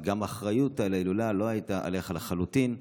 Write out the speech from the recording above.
וגם האחריות להילולה לא הייתה עליך לחלוטין.